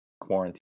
quarantine